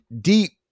deep